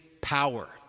power